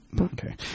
Okay